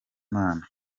imana